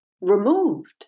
removed